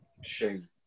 Shame